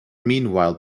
meanwhile